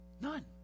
None